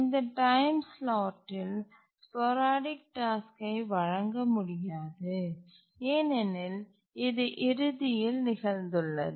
இந்த டைம் ஸ்லாட்டில் ஸ்போரடிக் டாஸ்க்கை வழங்க முடியாது ஏனெனில் இது இறுதியில் நிகழ்ந்துள்ளது